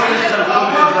לא צריך על כל דבר.